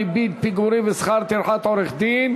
ריבית פיגורים ושכר טרחת עורך-דין),